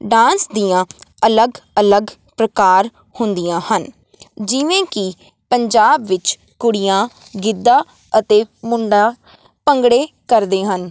dance ਦੀਆਂ ਅਲੱਗ ਅਲੱਗ ਪ੍ਰਕਾਰ ਹੁੰਦੀਆਂ ਹਨ ਜਿਵੇਂ ਕਿ ਪੰਜਾਬ ਵਿੱਚ ਕੁੜੀਆਂ ਗਿੱਧਾ ਅਤੇ ਮੁੰਡੇ ਭੰਗੜੇ ਕਰਦੇ ਹਨ